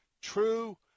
true